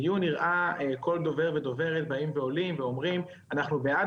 כל דובר ודוברת באים ואומרים אנחנו בעד